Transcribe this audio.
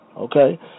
Okay